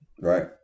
right